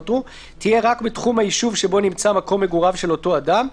תהיה רק בתחום היישוב שבו נמצא מקום מגוריו של אותו אדם,